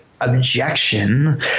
objection